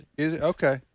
Okay